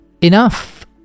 enough